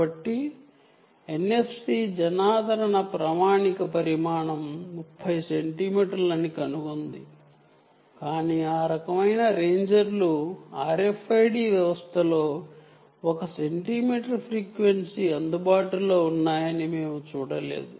కాబట్టి NFC జనాదరణ పొందింది దాని పరిమాణం 30 సెంటీమీటర్ల గా ఉంది కాని ఆ రకమైన రేంజర్లు RFID వ్యవస్థల్లో 1 సెంటీమీటర్ ఫ్రీక్వెన్సీ అందుబాటులో ఉన్నాయని మేము చూడలేదు